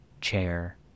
chair